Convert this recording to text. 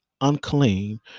unclean